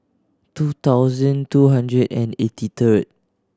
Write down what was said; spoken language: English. two thousand two hundred and eighty third